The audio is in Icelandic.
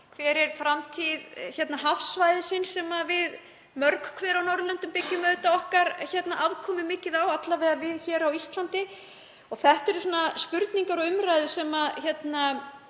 Hver er framtíð hafsvæðisins sem við mörg hver á Norðurlöndum byggjum auðvitað okkar afkomu mikið á, alla vega við á Íslandi? Þetta eru spurningar og umræða sem á heima